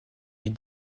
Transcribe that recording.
est